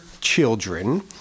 children